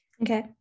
Okay